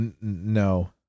no